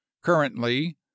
Currently